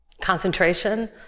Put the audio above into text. concentration